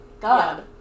god